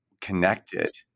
connected